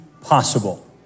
possible